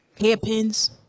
hairpins